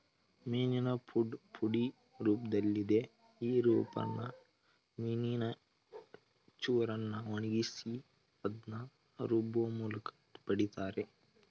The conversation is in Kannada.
ಮೀನಿನ ಫುಡ್ ಪುಡಿ ರೂಪ್ದಲ್ಲಿದೆ ಈ ರೂಪನ ಮೀನಿನ ಚೂರನ್ನ ಒಣಗ್ಸಿ ಅದ್ನ ರುಬ್ಬೋಮೂಲ್ಕ ಪಡಿತಾರೆ